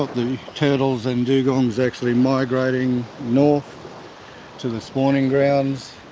ah the turtles and dugongs actually migrating north to the spawning grounds,